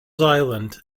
island